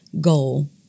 goal